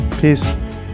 peace